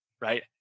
right